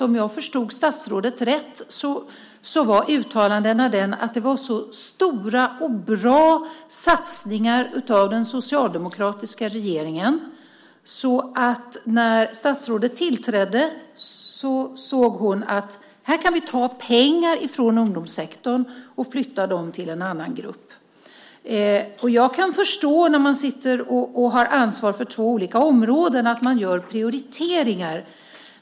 Om jag förstod statsrådet rätt var uttalandet att det gjorts så stora och bra satsningar av den socialdemokratiska regeringen att när statsrådet tillträdde såg hon att man kunde ta pengar från ungdomssektorn och flytta dem till en annan grupp. Jag kan förstå att man när man har ansvar för två olika områden gör prioriteringar.